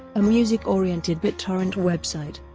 a music-oriented bittorrent website.